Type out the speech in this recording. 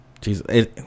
Jesus